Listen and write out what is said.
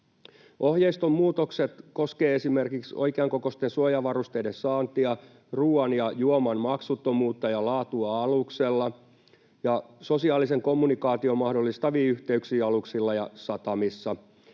Ohjeiston muutokset koskevat esimerkiksi oikeankokoisten suojavarusteiden saantia, ruuan ja juoman maksuttomuutta ja laatua aluksella sekä sosiaalisen kommunikaation mahdollistavia yhteyksiä aluksilla ja satamissa.